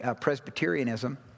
Presbyterianism